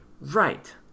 Right